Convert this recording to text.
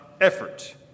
effort